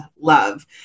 love